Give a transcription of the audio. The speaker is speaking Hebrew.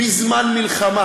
בזמן מלחמה,